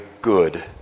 good